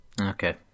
Okay